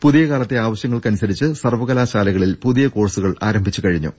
പുതിയ കാലത്തെ ആവശ്യ ങ്ങൾക്കനുസരിച്ച് സർവകലാശാലകളിൽ പുതിയ കോഴ്സു കൾ ആരംഭിച്ചുകഴിഞ്ഞു